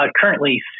Currently